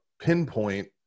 pinpoint